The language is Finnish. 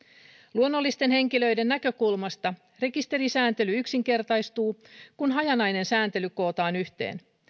luonnollisten henkilöiden näkökulmasta rekisterisääntely yksinkertaistuu kun hajanainen sääntely kootaan yhteen